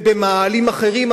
ובמאהלים אחרים,